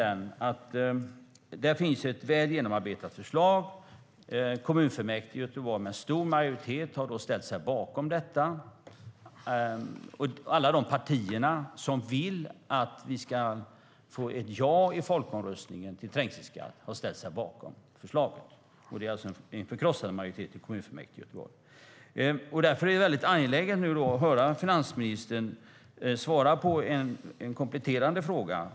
Det finns ett väl genomarbetat förslag som kommunfullmäktige i Göteborg med stor majoritet ställt sig bakom. Alla de partier som vill att vi ska få ett ja i folkomröstningen till trängselskatten har ställt sig bakom förslaget. Det är en förkrossande majoritet i kommunfullmäktige i Göteborg. Därför är det nu väldigt angeläget att höra finansministern svara på en kompletterande fråga.